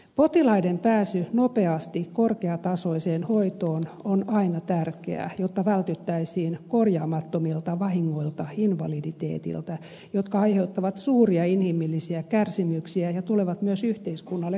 potilaiden pääsy nopeasti korkeatasoiseen hoitoon on aina tärkeää jotta vältyttäisiin korjaamattomilta vahingoilta invaliditeeteilta jotka aiheuttavat suuria inhimillisiä kärsimyksiä ja tulevat myös yhteiskunnalle kalliiksi